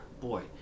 Boy